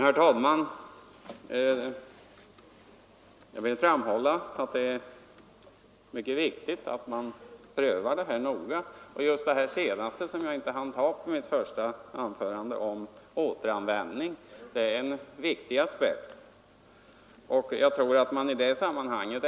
Herr talman! Jag vill framhålla att det är mycket viktigt att man prövar sådana här ärenden noga. Just det som statsrådet senast nämnde och som jag inte hann ta upp i mitt huvudanförande, nämligen återanvändningen, är en mycket viktig fråga.